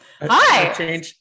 Hi